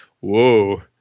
Whoa